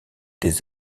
des